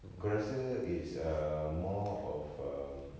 aku rasa it's err more of err